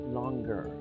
longer